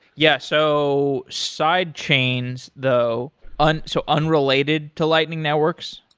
yeah. so side chains though and so unrelated to lightning networks?